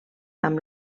amb